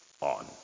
on